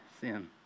sin